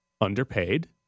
underpaid